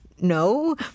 No